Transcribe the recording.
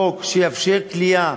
חוק שיאפשר כליאה,